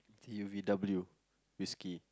T U V W whiskey